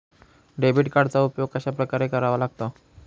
Debit कार्डचा उपयोग कशाप्रकारे करावा लागतो?